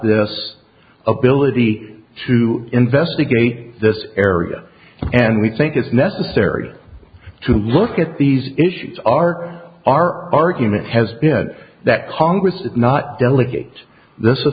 this ability to investigate this area and we think it's necessary to look at these issues are our argument has been that congress is not delegate this a